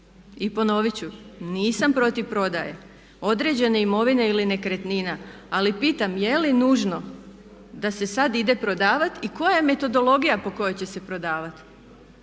I ponovit ću nisam protiv prodaje određene imovine ili nekretnina ali pitam je li nužno da se sad ide prodavati i koja je metodologija po kojoj će se prodavati.